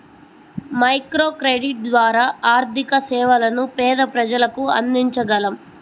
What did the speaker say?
microcredit ద్వారా ఆర్థిక సేవలను పేద ప్రజలకు అందించగలం